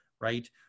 right